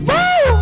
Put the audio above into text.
Woo